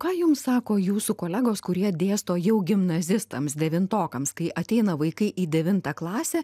ką jums sako jūsų kolegos kurie dėsto jau gimnazistams devintokams kai ateina vaikai į devintą klasę